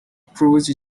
prose